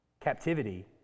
captivity